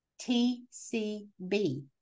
T-C-B